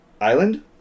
Island